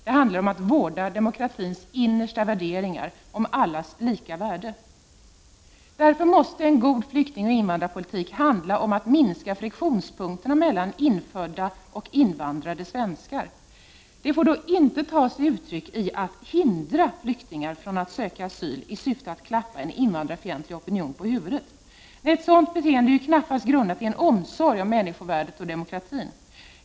Det handlar om att vårda demokratins innersta värderingar om allas lika värde. Därför måste en god invandraroch flyktingpolitik handla om att minska friktionspunkterna mellan infödda svenskar och invandrade svenskar. Detta får då inte ta sig uttryck i att hindra flyktingar från att söka asyl i syfte att klappa en invandrarfientlig opinion på huvudet. Nej, ett sådant beteende är knappast grundat i en omsorg om människovärdet och demokratin!